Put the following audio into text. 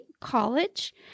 College